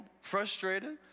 frustrated